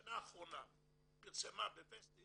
בשנה האחרונה פרסמה בוסטי